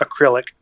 acrylic